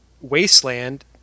Wasteland